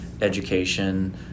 education